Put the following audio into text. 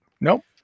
Nope